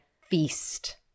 feast